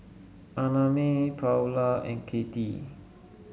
Annamae Paula and Kattie